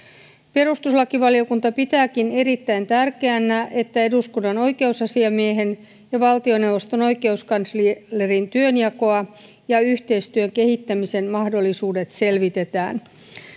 perustuslakivaliokunta pitääkin erittäin tärkeänä että eduskunnan oikeusasiamiehen ja valtioneuvoston oikeuskanslerin työnjakoa ja yhteistyön kehittämisen mahdollisuuksia selvitetään